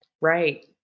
Right